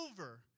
over